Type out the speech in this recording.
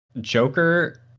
Joker